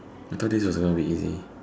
I thought this was gonna be easy